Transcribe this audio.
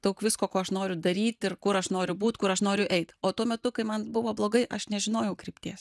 daug visko ko aš noriu daryt ir kur aš noriu būt kur aš noriu eit o tuo metu kai man buvo blogai aš nežinojau krypties